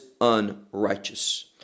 unrighteous